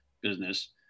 business